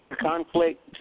conflict